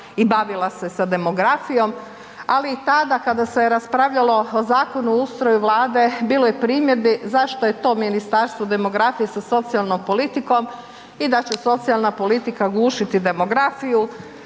i bavila se sa demografijom. Ali i tada kada se je raspravljalo o Zakonu o ustroju vlade bilo je primjedbi zašto je to Ministarstvo demografije sa socijalnom politikom i da će socijalna politika gušiti demografiju